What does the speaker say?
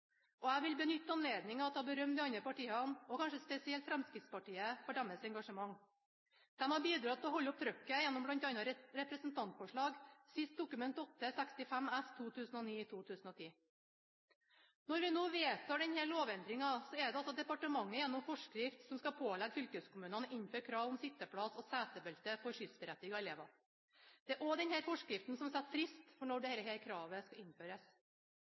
og jeg vil benytte anledningen til å berømme de andre partiene, kanskje spesielt Fremskrittspartiet, for deres engasjement. De har bidratt til å holde oppe trykket, gjennom bl.a. representantforslag, sist Dokument 8:65 S for 2009–2010. Når vi nå vedtar denne lovendringen, er det altså departementet, gjennom forskrift, som skal pålegge fylkeskommunene å innføre krav om sitteplass og setebelte for skyssberettigede elever. Det er også denne forskriften som setter frist for når dette kravet skal innføres.